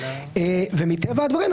מטבע הדברים,